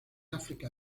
áfrica